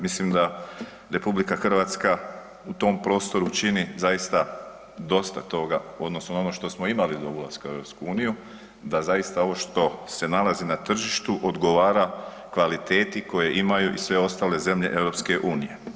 Mislim da RH u tom prostoru čini zaista dosta toga u odnosu na ono što imali do ulaska u EU, da zaista ovo što se nalazi na tržištu odgovara kvaliteti koju imaju i sve ostale zemlje EU-a.